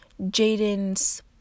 Jaden's